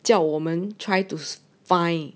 叫我们 try to find